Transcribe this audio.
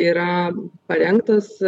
yra parengtas